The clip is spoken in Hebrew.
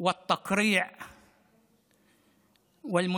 פעולה והתרחקתי מהדרך של תקיפה וקונפליקטים,